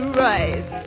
right